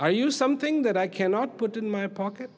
are you something that i cannot put in my pocket